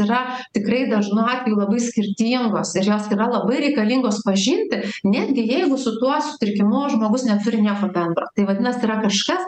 yra tikrai dažnu atveju labai skirtingos ir jos yra labai reikalingos pažinti netgi jeigu su tuo sutrikimu žmogus neturi nieko bendro tai vadinas yra kažkas